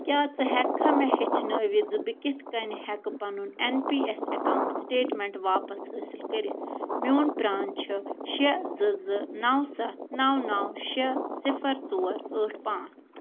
کیٛاہ ژٕ ہیٚکہٕ کھا مےٚ ہیٚچھنایِتھ ز بہٕ کتھ کٔنۍ ہیٚکو پنُن N P S account statement واپس حٲصل کٔرتھ میٛون پرٛان چھُ شےٚ زٕ زٕ نَو سَتھ نَو نَو شےٚ صِفَر ژور ٲٹھ پانٛژھ